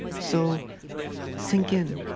so sink in.